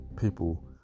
people